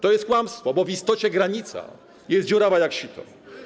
To jest kłamstwo, bo w istocie granica jest dziurawa jak sito.